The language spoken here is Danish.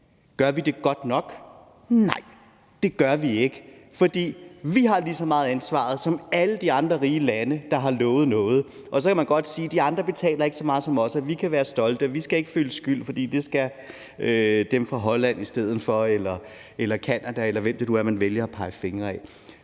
Gør vi det godt nok? Nej, det gør vi ikke, for vi har lige så meget et ansvar som alle de andre rige lande, der har lovet noget. Så kan man godt sige: De andre betaler ikke så meget som os, så vi kan godt være stolte, og vi skal ikke føle skyld, for det er i stedet dem fra Holland eller Canada, der skal det, eller hvem det nu er, man vælger at pege fingre ad.